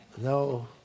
No